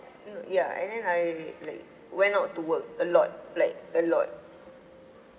ya and then I like went out to work a lot like a lot